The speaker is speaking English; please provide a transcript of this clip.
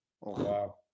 Wow